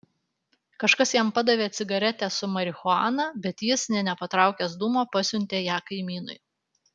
kažkas jam padavė cigaretę su marihuana bet jis nė nepatraukęs dūmo pasiuntė ją kaimynui